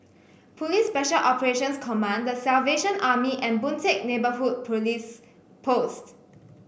Police Special Operations Command The Salvation Army and Boon Teck Neighbourhood Police Post